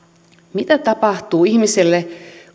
mitä tapahtuu ihmiselle